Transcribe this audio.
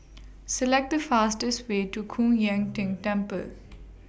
Select The fastest Way to Koon Ying Ting Temple